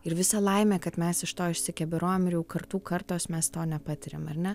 ir visa laimė kad mes iš to išsikeberojom ir jau kartų kartos mes to nepatiriam ar ne